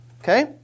Okay